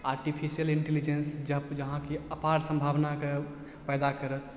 artificial intelligence जब जहाँ कि अपार सम्भावनाके पैदा करत